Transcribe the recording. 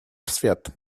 свет